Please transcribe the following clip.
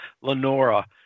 Lenora